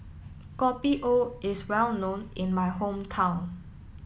Kopi O is well known in my hometown